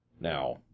now